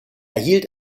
erhielt